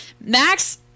Max